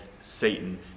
Satan